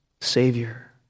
Savior